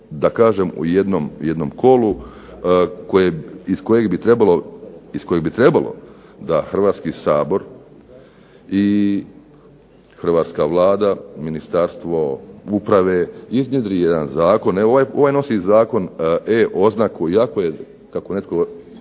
je to u jednom kolu iz kojeg bi trebalo da Hrvatski sabor i Hrvatska vlada, Ministarstvo uprave, iznjedri jedan zakon, ovaj Zakon nosi E-oznaku iako je kako netko reče